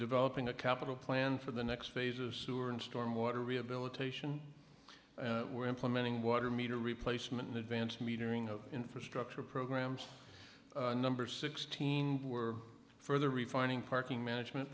developing a capital plan for the next phase of sewer and storm water rehabilitation and we're implementing water meter replacement in advance metering of infrastructure programs number sixteen we're further refining parking management